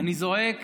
אני זועק